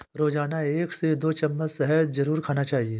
रोजाना एक से दो चम्मच शहद जरुर खाना चाहिए